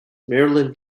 marilyn